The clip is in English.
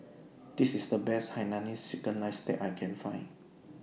This IS The Best Hainanese Chicken Rice that I Can Find